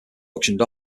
auctioned